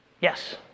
Yes